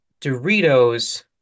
doritos